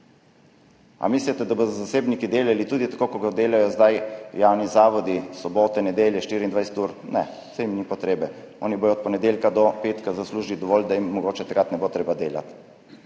Ali mislite, da bodo zasebniki delali tudi tako, kot delajo zdaj javni zavodi, sobote, nedelje, 24 ur. Ne, saj jim ni treba. Oni bodo od ponedeljka do petka zaslužili dovolj, da jim mogoče takrat ne bo treba delati.